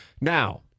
Now